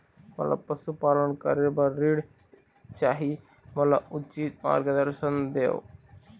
मोला पशुपालन करे बर ऋण चाही, मोला उचित मार्गदर्शन देव?